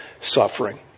suffering